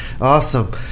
Awesome